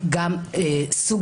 גם סוג